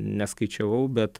neskaičiavau bet